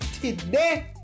today